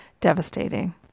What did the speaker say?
devastating